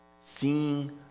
seeing